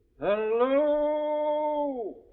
Hello